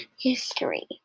history